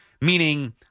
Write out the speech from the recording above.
meaning